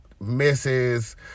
misses